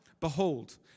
behold